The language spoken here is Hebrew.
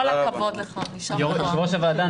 יושב-ראש הוועדה,